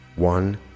One